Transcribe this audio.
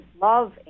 love